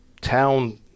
town